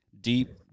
deep